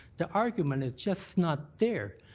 the argument is just not there.